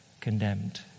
condemned